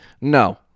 No